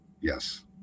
yes